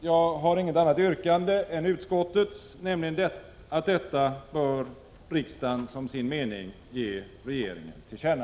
Jag har inget annat yrkande än utskottets, nämligen att detta bör riksdagen som sin mening ge regeringen till känna.